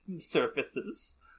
surfaces